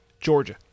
Georgia